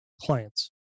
clients